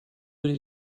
würde